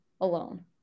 alone